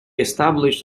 established